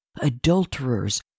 adulterers